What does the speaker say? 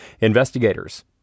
investigators